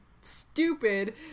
stupid